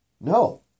No